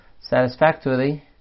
satisfactorily